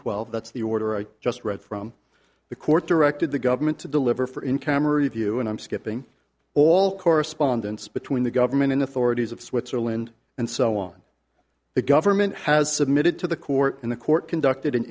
twelve that's the order i just read from the court directed the government to deliver for in camera view and i'm skipping all correspondence between the government in authorities of switzerland and so on the government has submitted to the court and the court conducted